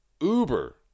uber